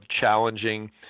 challenging